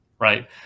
right